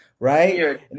Right